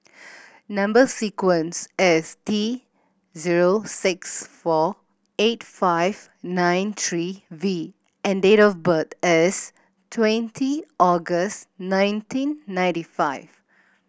number sequence is T zero six four eight five nine three V and date of birth is twenty August nineteen ninety five